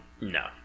No